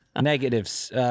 Negatives